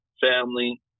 family